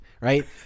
right